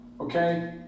Okay